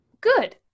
good